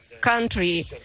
country